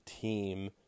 team